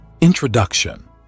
Introduction